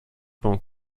plan